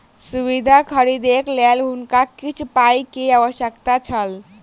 सुविधा खरीदैक लेल हुनका किछ पाई के आवश्यकता छल